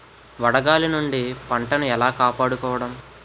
వడగాలి నుండి పంటను ఏలా కాపాడుకోవడం?